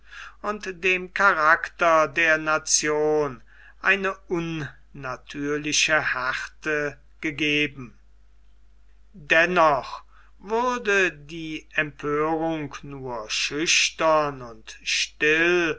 und dem charakter der nation eine unnatürliche härte gegeben dennoch würde die empörung nur schüchtern und still